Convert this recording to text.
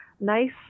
nice